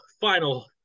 final